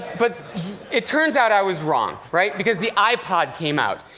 but it turns out i was wrong, right? because the ipod came out,